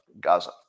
Gaza